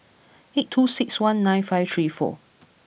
eight two six one nine five three four